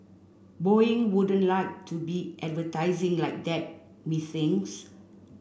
boeing wouldn't like to be advertising like that methinks